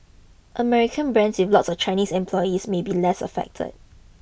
American brands with lots of Chinese employees may be less affected